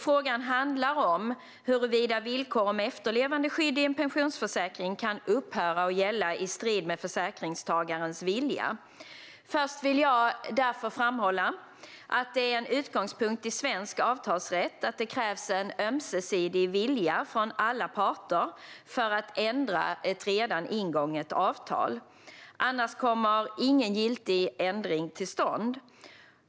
Frågan handlar om huruvida villkor om efterlevandeskydd i en pensionsförsäkring kan upphöra att gälla i strid med försäkringstagarens vilja. Först vill jag därför framhålla att det är en utgångspunkt i svensk avtalsrätt att det krävs en ömsesidig vilja från alla parter för att ändra ett redan ingånget avtal. Annars kommer ingen giltig ändring till stånd.